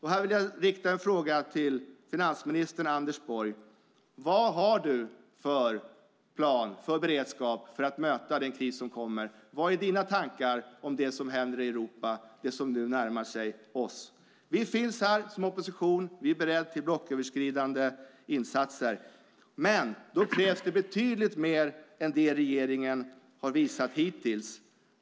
Här vill jag rikta ett par frågor till finansminister Anders Borg: Vad har du för plan, för beredskap för att möta den kris som kommer? Vilka är dina tankar om det som händer i Europa, det som nu närmar sig oss? Vi finns här som opposition. Vi är beredda till blocköverskridande insatser, men då krävs det betydligt mer än det regeringen har visat hittills.